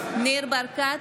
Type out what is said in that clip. ברקת,